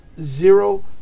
zero